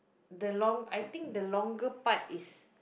the long I think the longer part is